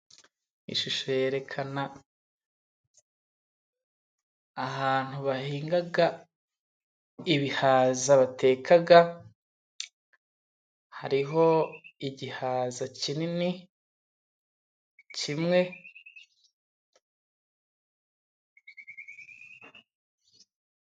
Ishusho yerekana ahantu bahinga ibihaza bateka. Hariho igihaza kinini kimwe.